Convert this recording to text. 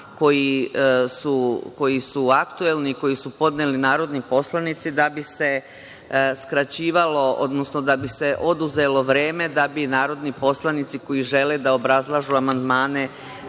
koji su aktuelni i koji su podneli narodni poslanici da bi se skraćivalo, odnosno da bi se oduzelo vreme da bi narodni poslanici koji žele da obrazlažu amandmane,